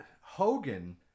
Hogan